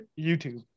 YouTube